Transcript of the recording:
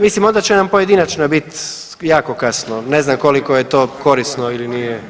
Mislim onda će nam pojedinačna biti jako kasno, ne znam koliko je to korisno ili nije.